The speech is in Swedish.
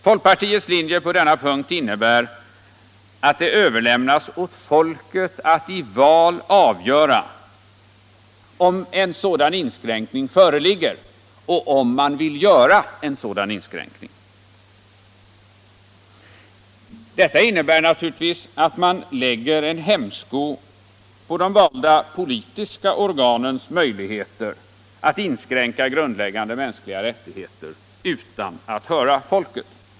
Folkpartiets linje på denna punkt innebär att det överlämnas åt folket att i val avgöra om en sådan inskränkning föreligger och om man vill göra en sådan inskränkning. Detta innebär naturligtvis att man lägger en hämsko på de valda politiska organens möjligheter att inskränka grundläggande mänskliga rättigheter utan att höra folket.